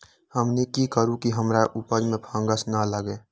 हमनी की करू की हमार उपज में फंगस ना लगे?